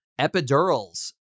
epidurals